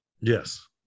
Yes